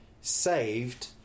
saved